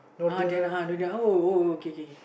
uh then uh after that oh oh oh okay okay okay